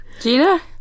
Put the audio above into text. Gina